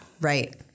Right